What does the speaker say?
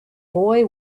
boy